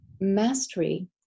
mastery –